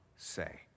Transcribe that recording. say